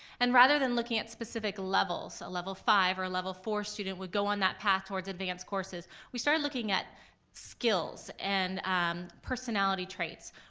and rather than looking at some specific levels, a level five or a level four student would go on that path towards advanced courses, we started looking at skills and um personality traits,